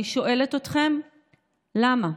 אני שואלת אתכם למה.